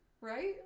Right